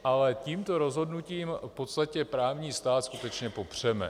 Ale tímto rozhodnutím v podstatě právní stát skutečně popřeme.